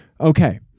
Okay